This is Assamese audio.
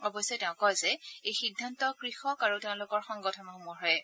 অৱশ্যে তেওঁ কয় যে এই সিদ্ধান্ত কৃষক আৰু তেওঁলোকৰ সংগঠনসমূহৰহে